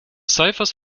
cijfers